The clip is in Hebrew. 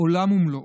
עולם ומלואו.